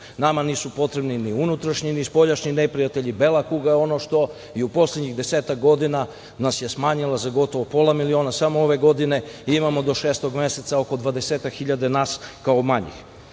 Nama nisu potrebni ni unutrašnji, ni spoljašnji neprijatelji. Bela kuga je ono što nas je u poslednjih desetak godina smanjila za gotovo pola miliona. Samo ove godine imamo do šestog meseca oko 20.000 nas